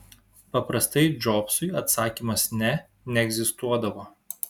paprastai džobsui atsakymas ne neegzistuodavo